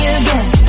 again